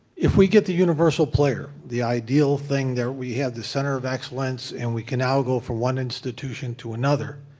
if we get the universal player, the ideal thing that we have the center of excellence and we can now go from one institution to another,